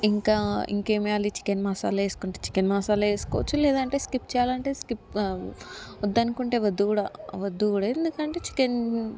ఇంకా ఇంకేం వేయాలి చికెన్ మసాలా వేసుకుంటే చికెన్ మసాలా వేసుకోవచ్చు లేదంటే స్కిప్ చేయాలంటే స్కిప్ వద్దనుకుంటే వద్దు కూడా వద్దు కూడా ఎందుకంటే చికెన్